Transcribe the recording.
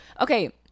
Okay